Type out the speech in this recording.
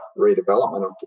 redevelopment